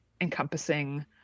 encompassing